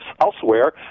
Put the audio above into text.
elsewhere